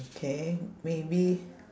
okay maybe